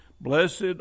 Blessed